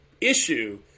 issue